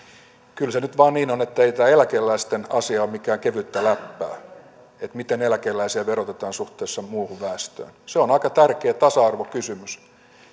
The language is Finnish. kyllä se nyt vain niin on ettei tämä eläkeläisten asia ole mitään kevyttä läppää se miten eläkeläisiä verotetaan suhteessa muuhun väestöön se on aika tärkeä tasa arvokysymys